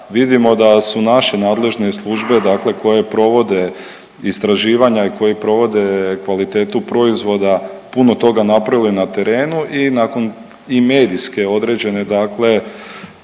vidimo da su naše nadležne službe, dakle koje provode istraživanja i koje provode kvalitetu proizvoda puno toga napravile na terenu i nakon i medijske određene dakle